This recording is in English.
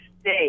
state